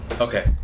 okay